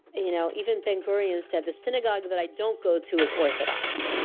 you know, even ben-gurion said, the synagogue that i don't go to is orthodox.